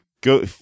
go